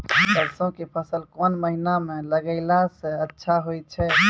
सरसों के फसल कोन महिना म लगैला सऽ अच्छा होय छै?